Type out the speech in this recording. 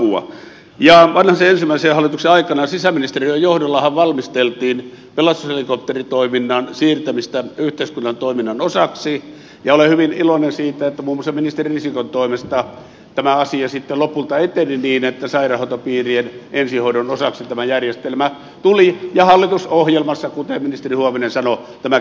vanhasen ensimmäisen hallituksen aikana sisäministeriön johdollahan valmisteltiin pelastushelikopteritoiminnan siirtämistä yhteiskunnan toiminnan osaksi ja olen hyvin iloinen siitä että muun muassa ministeri risikon toimesta tämä asia sitten lopulta eteni niin että sairaanhoitopiirien ensihoidon osaksi tämä järjestelmä tuli ja hallitusohjelmaan kuten ministeri huovinen sanoi tämä kirjattiin